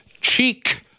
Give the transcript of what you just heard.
cheek